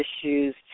issues